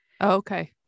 Okay